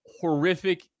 Horrific